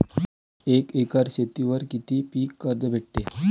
एक एकर शेतीवर किती पीक कर्ज भेटते?